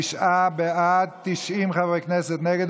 תשעה בעד, 90 חברי כנסת נגד.